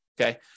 Okay